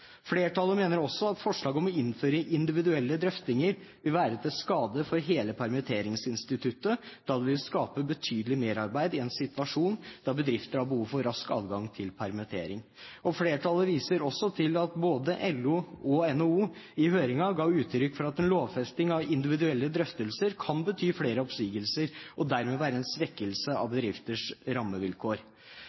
Flertallet mener også at forslaget om å innføre individuelle drøftinger vil være til skade for hele permitteringsinstituttet, da det vil skape betydelig merarbeid i en situasjon da bedrifter har behov for rask adgang til permittering. Flertallet viser også til at både LO og NHO i høringen ga uttrykk for at en lovfesting av individuelle drøftelser kan bety flere oppsigelser og dermed være en svekkelse av bedrifters rammevilkår.